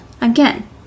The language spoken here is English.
again